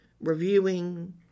reviewing